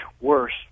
worse